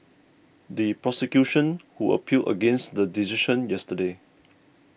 the prosecution who appealed against the decision yesterday